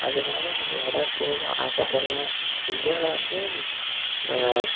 அதனால நான் லடாக் போகணுன்னு ஆசைப்பட்றேன் இந்தியாவில் வந்து